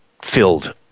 filled